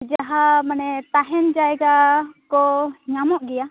ᱡᱟᱦᱟᱸ ᱢᱟᱱᱮ ᱛᱟᱦᱮᱱ ᱡᱟᱭᱜᱟ ᱠᱚ ᱧᱟᱢᱚᱜ ᱜᱮᱭᱟ